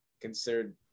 considered